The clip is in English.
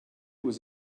was